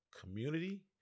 community